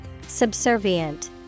Subservient